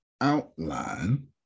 outline